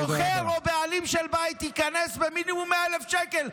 סוחר או בעלים של בית ייקנס במינימום 100,000 שקל,